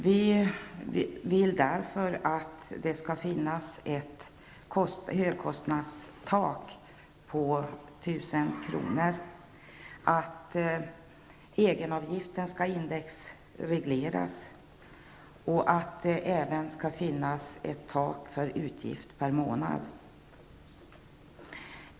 Vi vill därför att det skall finnas ett högkostnadstak på 1 000 kr., att egenavgiften skall indexregleras och att det även skall finnas ett tak för utgift per månad.